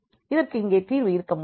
இதற்கு இங்கு தீர்வு இருக்க முடியாது